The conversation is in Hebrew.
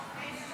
לאומי או